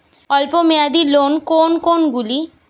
অল্প মেয়াদি লোন কোন কোনগুলি?